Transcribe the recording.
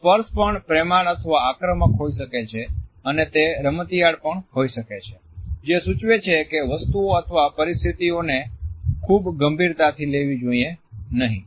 સ્પર્શ પણ પ્રેમાળ અથવા આક્રમક હોઈ શકે છે અને તે રમતિયાળ પણ હોઈ શકે છે જે સૂચવે છે કે વસ્તુઓ અથવા પરિસ્થિતિઓને ખૂબ ગંભીરતાથી લેવી જોઈએ નહીં